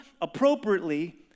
appropriately